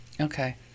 Okay